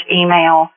email